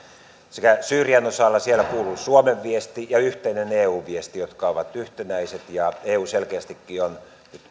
syyrian osalla kuuluu suomen viesti ja yhteinen eu viesti ja ne ovat yhtenäiset eu selkeästikin on